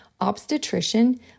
obstetrician